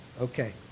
okay